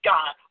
God